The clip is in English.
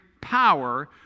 power